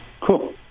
Cool